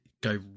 go